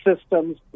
systems